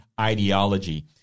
ideology